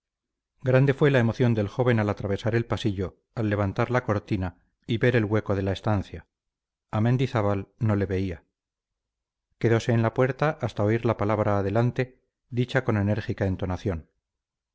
grande fue la emoción del joven al atravesar el pasillo al levantar la cortina y ver el hueco de la estancia a mendizábal no le veía quedose en la puerta hasta oír la palabra adelante dicha con enérgica entonación